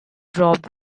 rob